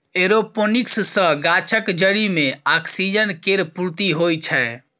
aeroponics सँ गाछक जरि मे ऑक्सीजन केर पूर्ती होइ छै